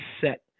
set